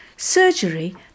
Surgery